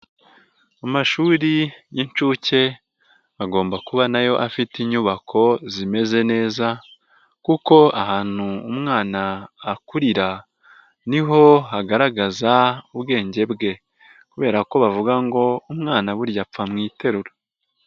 Amashuri y'inshuke agomba kuba na yo afite inyubako zimeze neza kuko ahantu umwana akurira ni ho hagaragaza ubwenge bwe kubera ko bavuga ngo umwana burya apfa mu iterura.